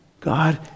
God